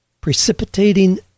precipitating